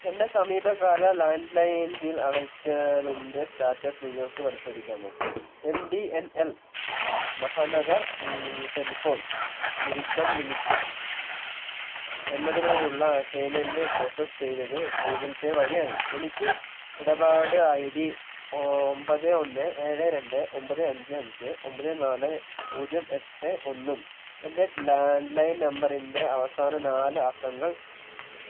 എൻ്റെ സമീപകാല landline bill അടയ്ക്കലിൻ്റെ സ്റ്റാറ്റസ് നിങ്ങൾക്ക് പരിശോധിക്കാമോ M D N L Mahanagar telephone Nigam limited എന്നതിനായുള്ള പേയ്മെൻ്റ് പ്രോസസ്സ് ചെയ്തത് ഗൂഗിൾ പേ വഴിയാണ് എനിക്ക് ഇടപാട് ഐ ഡി ഒമ്പത് ഒന്ന് ഏഴ് രണ്ട് ഒമ്പത് അഞ്ച് അഞ്ച് ഒമ്പത് നാല് പൂജ്യം എട്ട് ഒന്നും എൻ്റെ ലാൻഡ്ലൈൻ നമ്പറിൻ്റെ അവസാന നാല് അക്കങ്ങൾ